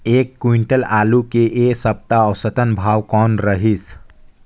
एक क्विंटल आलू के ऐ सप्ता औसतन भाव कौन रहिस?